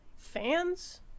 Fans